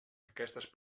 aquestes